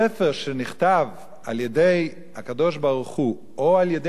ספר שנכתב על-ידי הקדוש-ברוך-הוא או על-ידי